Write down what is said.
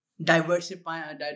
Diversifying